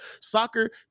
soccer